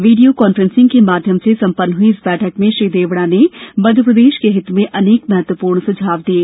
video conferencing के माध्यम से संपन्न हुई इस बैठक में श्री देवड़ा ने मध्यप्रदेश के हित में अनेक महत्वपूर्ण सुझाव दिये